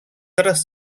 teraz